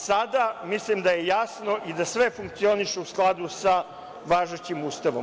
Sada mislim da je jasno i da sve funkcioniše u skladu sa važećim Ustavom.